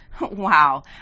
Wow